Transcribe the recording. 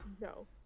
No